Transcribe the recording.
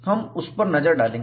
हम उस पर नजर डालेंगे